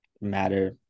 matter